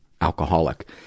alcoholic